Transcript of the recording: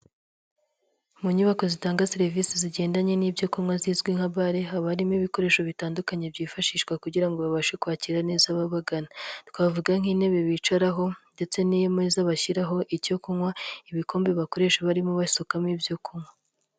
Mu nyubako zitanga serivisi zigendanye n'ibyo kunywa zizwi nka bare, haba harimo ibikoresho bitandukanye byifashishwa kugira ngo babashe kwakira neza ababagana. Twavuga nk'intebe bicaraho ndetse n'imeza bashyiraho icyo kunywa, ibikombe bakoresha barimo basukamo ibyo kunywa.